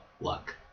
luck